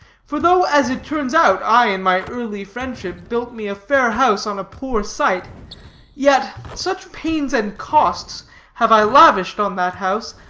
for though, as it turns out, i, in my early friendship, built me a fair house on a poor site yet such pains and cost have i lavished on that house,